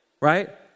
Right